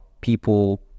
people